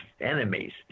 enemies